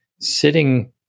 sitting